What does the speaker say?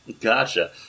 Gotcha